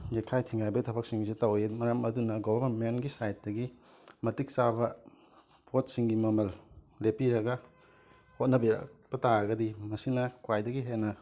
ꯌꯩꯈꯥꯏ ꯊꯤꯟꯒꯥꯏꯕꯒꯤ ꯊꯕꯛꯁꯤꯡꯁꯨ ꯇꯧꯋꯤ ꯃꯔꯝ ꯑꯗꯨꯅ ꯒꯣꯋꯔꯃꯦꯟꯒꯤ ꯁꯥꯏꯠꯇꯒꯤ ꯃꯇꯤꯛ ꯆꯥꯕ ꯄꯣꯠꯁꯤꯡꯒꯤ ꯃꯃꯜ ꯂꯦꯞꯄꯤꯔꯒ ꯍꯣꯠꯅꯕꯤꯔꯛꯄ ꯇꯥꯔꯒꯗꯤ ꯃꯁꯤꯅ ꯈ꯭ꯋꯥꯏꯗꯒꯤ ꯍꯦꯟꯅ